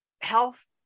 health